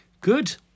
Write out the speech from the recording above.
Good